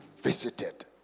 visited